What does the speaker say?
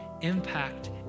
impact